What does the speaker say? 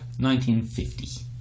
1950